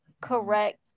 correct